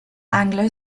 anglo